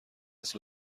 است